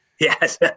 Yes